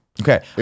Okay